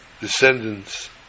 descendants